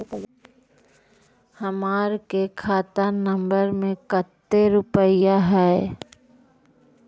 हमार के खाता नंबर में कते रूपैया है?